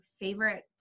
favorite